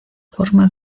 forma